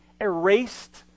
erased